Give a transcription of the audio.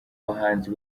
bahanzi